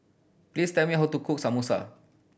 please tell me how to cook Samosa